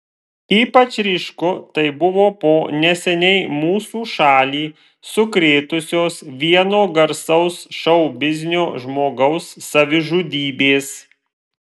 ypač ryšku tai buvo po neseniai mūsų šalį sukrėtusios vieno garsaus šou biznio žmogaus savižudybės